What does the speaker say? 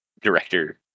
Director